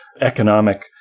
economic